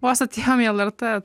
vos atėjom į lrt